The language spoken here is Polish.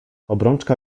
obrączka